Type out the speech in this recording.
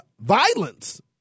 violence